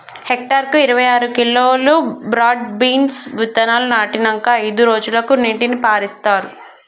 hectare కు ఇరవై ఆరు కిలోలు బ్రాడ్ బీన్స్ విత్తనాలు నాటినంకా అయిదు రోజులకు నీటిని పారిత్తార్